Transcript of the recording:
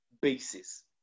basis